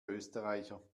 österreicher